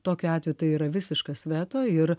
tokiu atveju tai yra visiškas veto ir